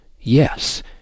yes